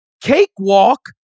cakewalk